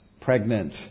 pregnant